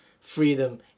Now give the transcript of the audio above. freedom